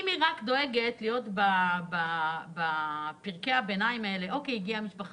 אם היא רק דואגת להיות בפרקי הביניים אז זה לא תפקידה.